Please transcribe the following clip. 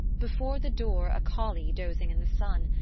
before the door a collie dozing in the sun,